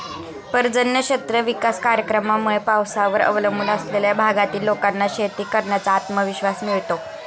पर्जन्य क्षेत्र विकास कार्यक्रमामुळे पावसावर अवलंबून असलेल्या भागातील लोकांना शेती करण्याचा आत्मविश्वास मिळतो